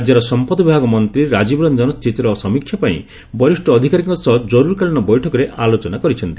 ରାଜ୍ୟର ସମ୍ପଦ ବିଭାଗ ମନ୍ତ୍ରୀ ରାଜୀବ ରଞ୍ଜନ ସ୍ଥିତିର ସମୀକ୍ଷା ପାଇଁ ବରିଷ୍ଠ ଅଧିକାରୀଙ୍କ ସହ ଜରୁରୀକାଳୀନ ବୈଠକରେ ଆଲୋଚନା କରିଛନ୍ତି